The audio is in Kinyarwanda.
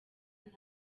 nabi